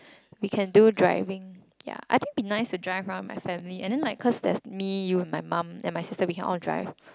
we can do driving ya I think it would be nice to drive around with my family and then like there's me you and my mum and my sister we can all drive